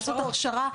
לעשות הכשרה,